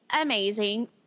amazing